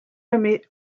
nommés